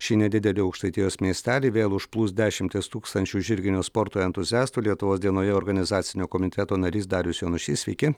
šį nedidelį aukštaitijos miestelį vėl užplūs dešimtys tūkstančių žirginio sporto entuziastų lietuvos dienoje organizacinio komiteto narys darius jonušys sveiki